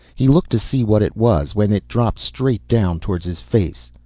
he looked to see what it was when it dropped straight down towards his face.